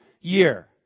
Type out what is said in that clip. year